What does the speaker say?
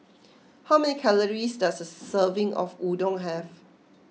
how many calories does a serving of Udon have